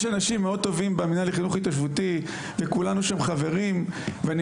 יש אנשים מאוד טובים במינהל החינוך ההתיישבותי וכולנו שם חברים ואני